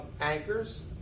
anchors